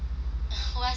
who ask you eat